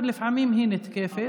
ולפעמים היא נתקפת.